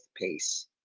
pace